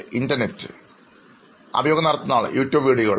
internet അഭിമുഖം നടത്തുന്നയാൾ YouTube വീഡിയോകൾ